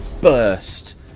burst